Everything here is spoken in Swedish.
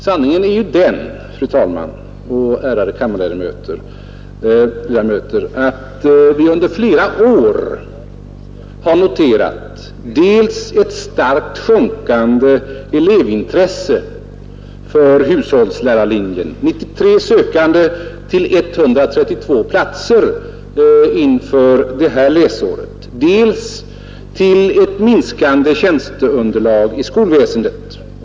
Sanningen är ju den, fru talman och ärade kammarledamöter, att det under flera år har noterats dels ett starkt sjunkande elevintresse för hushållslärarlinjen — 93 sökande till 132 platser inför detta läsår — dels ett minskande tjänstunderlag i skolväsendet.